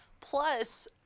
Plus